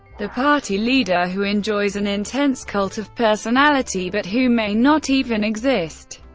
the party leader who enjoys an intense cult of personality, but who may not even exist.